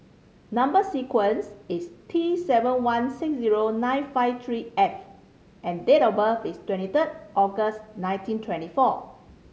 number sequence is T seven one six zero nine five three F and date of birth is twenty third August nineteen twenty four